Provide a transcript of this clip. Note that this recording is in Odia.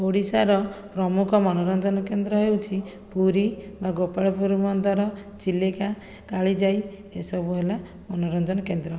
ଓଡ଼ିଶାର ପ୍ରମୁଖ ମନୋରଞ୍ଜନ କେନ୍ଦ୍ର ହେଉଛି ପୁରୀ ବା ଗୋପାଳପୁର ବନ୍ଦର ଚିଲିକା କାଳିଜାଇ ଏସବୁ ହେଲା ମନୋରଞ୍ଜନ କେନ୍ଦ୍ର